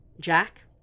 Jack